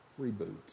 Reboot